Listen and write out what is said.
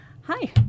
Hi